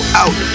out